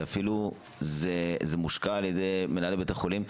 שאפילו זה מושקע על ידי מנהלי בתי חולים,